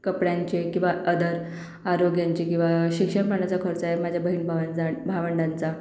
कपड्यांचे किंवा अदर आरोग्यांचे किंवा शिक्षण पाण्याचा खर्च आहे माझ्या बहीण भावंजाण भावंडांचा